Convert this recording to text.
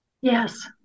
Yes